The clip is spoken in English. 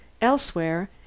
Elsewhere